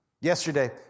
yesterday